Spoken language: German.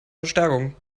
verstärkung